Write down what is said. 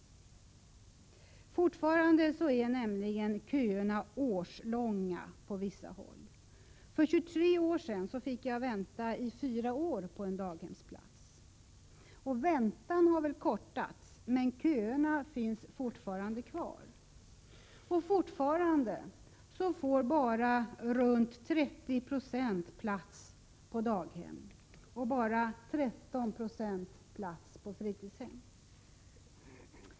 Fortfarande spänner nämligen kötiderna över år. För 23 år sedan fick jag vänta i fyra år på en daghemsplats. Väntetiden har väl kortats ned. Men köerna finns fortfarande kvar, och fortfarande får bara ca 30 90 plats på daghem och endast 13 4 på fritidshem.